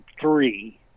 three